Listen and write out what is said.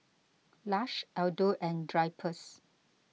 Lush Aldo and Drypers